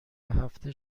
هفته